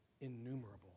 innumerable